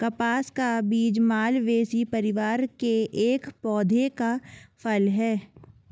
कपास का बीज मालवेसी परिवार के एक पौधे का फल है